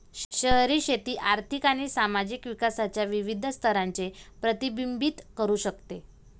शहरी शेती आर्थिक आणि सामाजिक विकासाच्या विविध स्तरांचे प्रतिबिंबित करू शकते